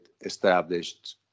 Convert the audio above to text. established